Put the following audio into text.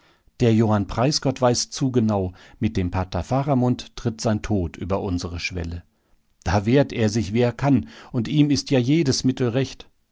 der johann preisgott weiß zu genau mit dem pater faramund tritt sein tod über unsere schwelle da wehrt er sich wie er kann und ihm ist ja jedes mittel recht